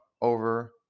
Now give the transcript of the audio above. over